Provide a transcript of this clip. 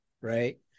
right